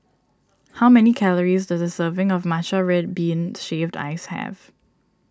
how many calories does a serving of Matcha Red Bean Shaved Ice have